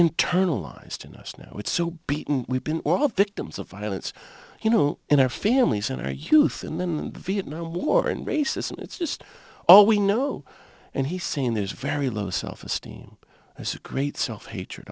internalized in us now it's so beaten we've been all victims of violence you know in our families and our youth and then the vietnam war and racism it's just all we know and he's saying there's very low self esteem as a great self hatred